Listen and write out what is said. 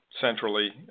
centrally